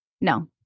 No